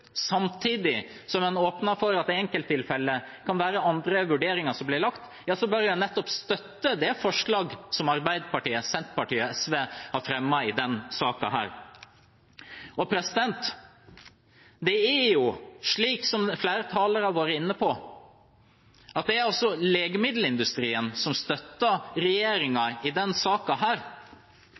samtidig som en åpner for at det i enkelttilfeller kan gjøres andre vurderinger, bør en jo nettopp støtte det forslaget som Arbeiderpartiet, Senterpartiet og SV har fremmet i denne saken. Og det er jo slik, som flere talere har vært inne på, at det er legemiddelindustrien som støtter regjeringen i